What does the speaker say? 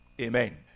Amen